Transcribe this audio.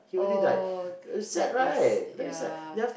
oh that is yeah